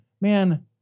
Man